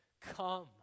Come